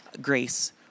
grace